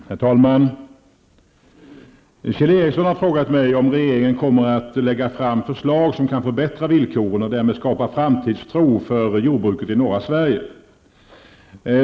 Herr talman! Kjell Ericsson har frågat mig om regeringen kommer att lägga fram förslag som kan förbättra villkoren och därmed skapa framtidstro för jordbruket i norra Sverige.